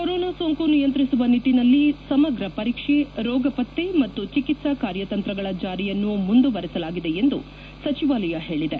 corona ಸೋಂಕು ನಿಯಂತ್ರಿಸುವ ನಿಟ್ಟನಲ್ಲಿ ಸಮಗ್ರ ಪರೀಕ್ಷೆ ರೋಗ ಪತ್ತೆ ಮತ್ತು ಚಿಕಿತ್ಸಾ ಕಾರ್ಯತಂತ್ರಗಳ ಜಾರಿಯನ್ನು ಮುಂದುವರೆಸಲಾಗಿದೆ ಎಂದು ಸಚಿವಾಲಯ ಹೇಳಿದೆ